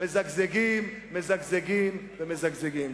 מזגזגים, מזגזגים ומזגזגים.